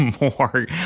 more